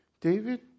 David